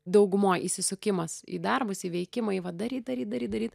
daugumoj įsisukimas į darbus į veikimą į va daryt daryt daryt daryt